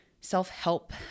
self-help